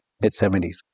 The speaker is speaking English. Mid-70s